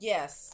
Yes